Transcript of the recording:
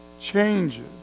changes